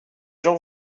gens